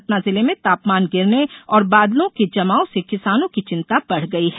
सतना जिले में तापमान गिरने और बादलों के जमाव से किसानों की चिंता बढ़ गयी है